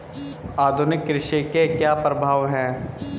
आधुनिक कृषि के क्या प्रभाव हैं?